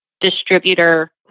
distributor